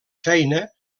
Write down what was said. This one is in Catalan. feina